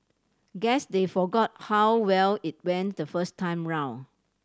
guess they forgot how well it went the first time round